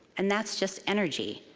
and that's just energy.